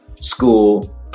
school